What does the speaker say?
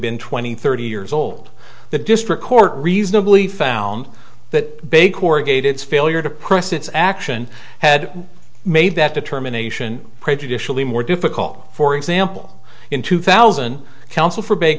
been twenty thirty years old the district court reasonably found that big corrugated failure to press its action had made that determination prejudicially more difficult for example in two thousand counsel for b